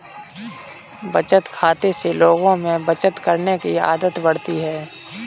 बचत खाते से लोगों में बचत करने की आदत बढ़ती है